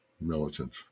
militant